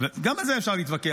גם על זה אפשר להתווכח.